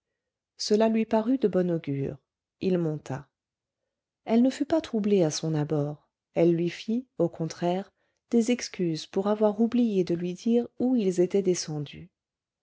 cela lui parut de bon augure il monta elle ne fut pas troublée à son abord elle lui fit au contraire des excuses pour avoir oublié de lui dire où ils étaient descendus